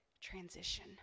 transition